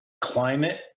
climate